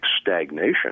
stagnation